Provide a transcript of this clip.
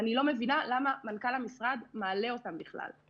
ואני לא מבינה למה מנכ"ל המשרד מעלה אותן בכלל.